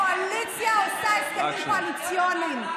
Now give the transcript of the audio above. קואליציה עושה הסכמים קואליציוניים.